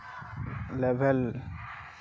level